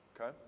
Okay